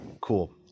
Cool